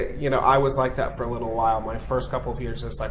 you know i was like that for a little while. my first couple of years was like,